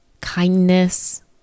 kindness